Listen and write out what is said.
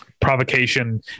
provocation